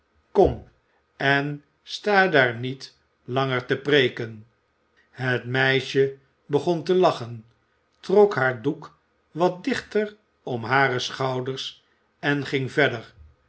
kom en sta daar niet langer te preeken het meisje begon te lachen trok haar doek wat dichter om hare schouders en ging verder